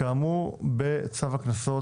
כאמור, אנחנו היום עוסקים